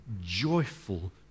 joyful